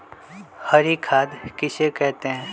हरी खाद किसे कहते हैं?